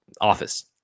office